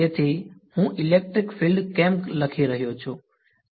તેથી હું electric field કેમ લખી રહ્યો છું તે આગળનું આયોજન જોઈ રહ્યું છે